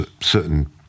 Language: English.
certain